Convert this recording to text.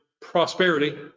prosperity